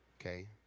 Okay